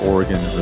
Oregon